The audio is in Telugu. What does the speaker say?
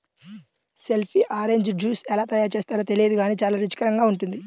పల్పీ ఆరెంజ్ జ్యూస్ ఎలా తయారు చేస్తారో తెలియదు గానీ చాలా రుచికరంగా ఉంటుంది